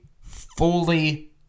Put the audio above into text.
fully